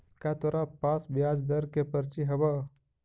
का तोरा पास ब्याज दर के पर्ची हवअ